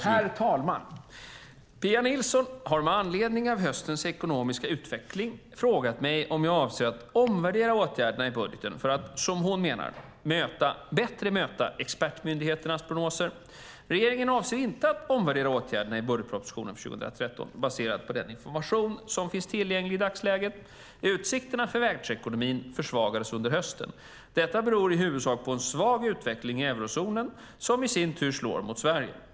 Herr talman! Pia Nilsson har med anledning av höstens ekonomiska utveckling frågat mig om jag avser att omvärdera åtgärderna i budgeten för att, som hon menar, bättre möta expertmyndigheternas prognoser. Regeringen avser inte att omvärdera åtgärderna i budgetpropositionen för 2013, baserat på den information som finns tillgänglig i dagsläget. Utsikterna för världsekonomin försvagades under hösten. Detta beror i huvudsak på en svag utveckling i eurozonen som i sin tur slår mot Sverige.